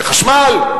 בחשמל,